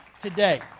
today